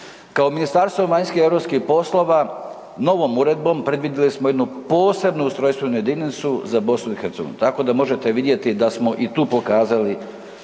Kao Ministarstvo vanjskih i europskih poslova novom uredbom predvidjeli smo jednu posebnu ustrojstvenu jedinicu za BiH. Tako da možete vidjeti da smo i tu pokazali